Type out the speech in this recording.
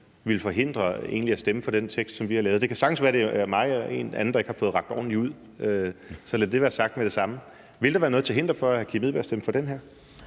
ville forhindre ham i at stemme for den vedtagelsestekst, som vi har lavet? Det kan sagtens være, at det er mig eller en anden, der ikke har fået rakt ordentligt ud; lad det være sagt med det samme. Ville der være noget til hinder for, at hr. Kim Edberg Andersen stemte for den her